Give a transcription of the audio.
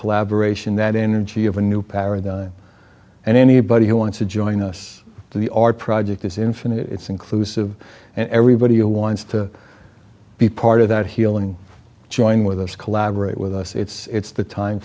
collaboration that energy of a new paradigm and anybody who wants to join us the art project is infinite it's inclusive and everybody who wants to be part of that healing join with us collaborate with us it's the time